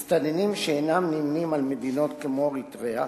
מסתננים שאינם נמנים עם מדינות כמו אריתריאה,